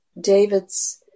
David's